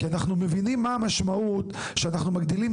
כי אנחנו מבינים מה המשמעות כשאנחנו מגדילים